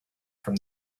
from